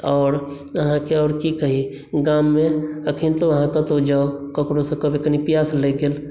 आओर अहाँकेँ आओर की कही गाममे अखनितो अहाँ कतहु जाउ ककरोसँ कहबै कनि प्यास लागि गेल